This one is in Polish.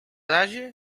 razie